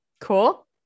cool